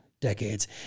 decades